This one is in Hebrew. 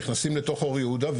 נכנסים לתוך אור יהודה,